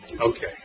Okay